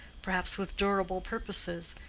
perhaps with durable purposes,